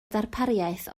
darpariaeth